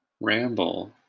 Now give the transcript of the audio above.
Ramble